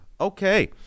okay